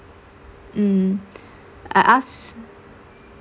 mm I ask